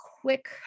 quick